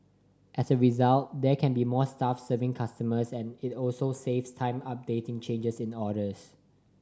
as a result there can be more staff serving customers and it also saves time updating changes in orders